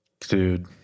Dude